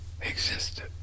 existed